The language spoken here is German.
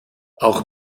auch